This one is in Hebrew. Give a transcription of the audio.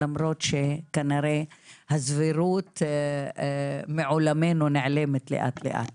למרות שכנראה הסבירות מעולמנו נעלמת לאט לאט